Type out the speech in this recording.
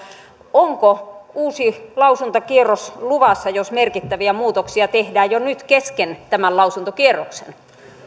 onko uusi lausuntokierros luvassa jos merkittäviä muutoksia tehdään jo nyt kesken tämän lausuntokierroksen